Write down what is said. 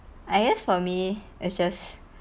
I guess for me it's just